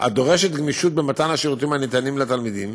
הדורשת גמישות במתן השירותים הניתנים לתלמידים,